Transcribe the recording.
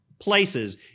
Places